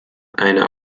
eine